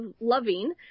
loving